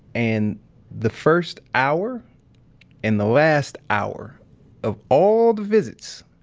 and the first hour and the last hour of all the visits,